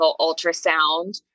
ultrasound